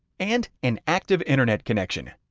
and an active internet connection.